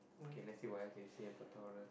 okay let's see what else they say about Taurus